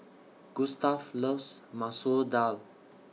Gustaf loves Masoor Dal